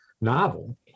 novel